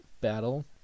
battle